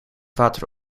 water